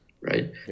right